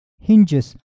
hinges